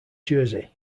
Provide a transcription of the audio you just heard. jersey